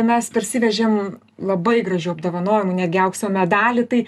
mes parsivežėm labai gražių apdovanojimų netgi aukso medalį tai